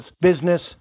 business